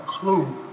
clue